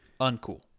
uncool